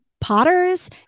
potters